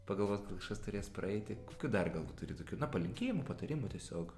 pagalvot kažkas turės praeiti kokių dar galbūt turi tokių na palinkėjimų patarimų tiesiog